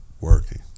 working